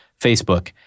Facebook